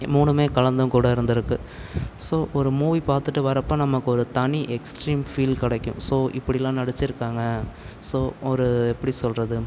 மூணுமே கலந்தும் கூட இருந்துருக்கு ஸோ ஒரு மூவி பார்த்துட்டு வரப்போ நமக்கு ஒரு தனி எக்ஸ்ட்ரீம் ஃபீல் கிடைக்கும் ஸோ இப்படில்லாம் நடிச்சிருக்காங்க ஸோ ஒரு எப்படி சொல்லுறது